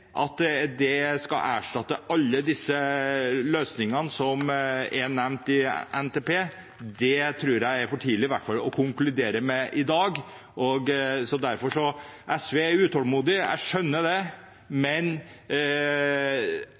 at det skal erstatte alle løsningene som er nevnt i NTP, tror jeg det er for tidlig å konkludere med i dag. SV er utålmodig, jeg skjønner det, men